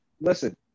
Listen